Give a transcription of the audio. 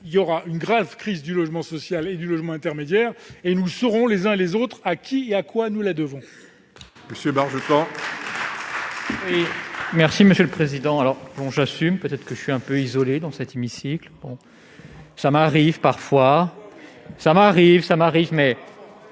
se produira une grave crise du logement social et du logement intermédiaire et nous saurons, les uns et les autres, à qui et à quoi nous la devrons